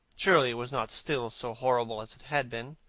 surely it was not still so horrible as it had been?